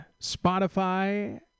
Spotify